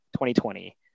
2020